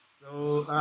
so.